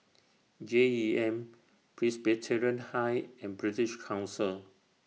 J E M Presbyterian High and British Council